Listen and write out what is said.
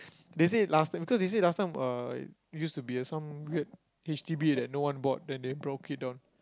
they say last time because they say last time uh it used to be some weird h_d_b that no one bought then they broke it down